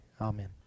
Amen